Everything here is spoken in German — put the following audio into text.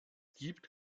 gibt